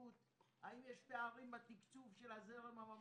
בשקיפות - האם יש פערים בתקצוב של הזרם הממלכתי,